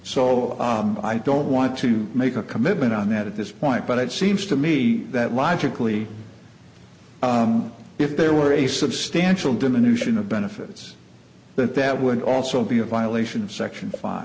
so i don't want to make a commitment on that at this point but it seems to me that logically if there were a substantial diminution of benefits that that would also be a violation of section fi